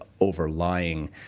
overlying